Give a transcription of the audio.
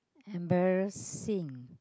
embarrassing